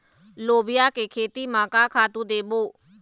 लोबिया के खेती म का खातू देबो?